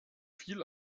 viel